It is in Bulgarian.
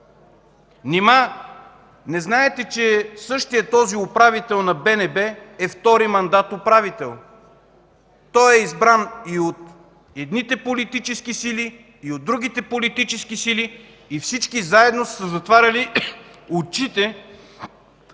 не знаете, че същият този управител на БНБ е втори мандат управител? Той е избран и от едните политически сили, и от другите политически сили, и всички заедно са си затваряли очите